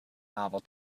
novel